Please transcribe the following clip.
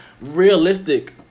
realistic